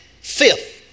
Fifth